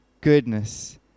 goodness